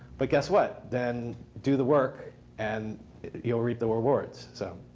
but guess what? then do the work and you'll reap the rewards. so